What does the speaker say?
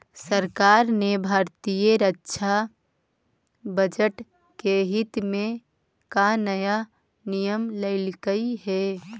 सरकार ने भारतीय रक्षा बजट के हित में का नया नियम लइलकइ हे